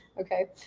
okay